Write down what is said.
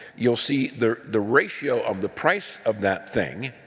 you'll see the the ratio of the price of that thing